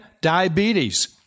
diabetes